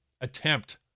attempt